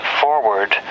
forward